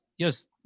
yes